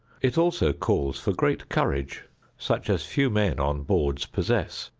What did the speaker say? it also calls for great courage such as few men on boards possess.